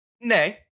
Nay